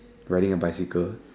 riding a bicycle